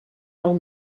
del